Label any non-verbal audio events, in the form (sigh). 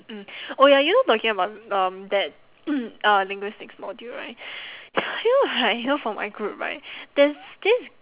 mm oh ya you know talking about um that (coughs) uh linguistics module right you know right you know from my group right there's this